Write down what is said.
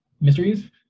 mysteries